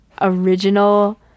original